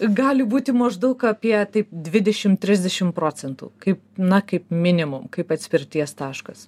gali būti maždaug apie dvidešimt trisdešimt procentų kaip na kaip minimum kaip atspirties taškas